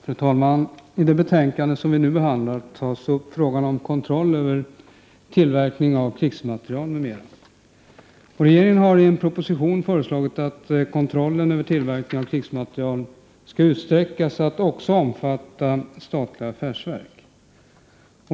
Fru talman! I det betänkande som vi nu behandlar tas frågan om kontroll över tillverkning av krigsmateriel m.m. upp. Regeringen har i propositionen föreslagit att kontrollen över tillverkning av krigsmateriel skall utsträckas till att också omfatta statliga affärsverk.